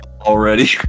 already